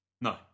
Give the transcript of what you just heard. No